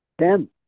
Ten